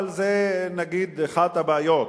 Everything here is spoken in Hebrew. אבל זה, נגיד, אחת הבעיות.